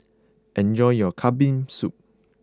enjoy your Kambing Soup